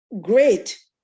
great